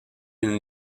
une